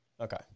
Okay